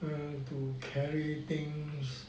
to carry things